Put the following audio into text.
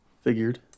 Figured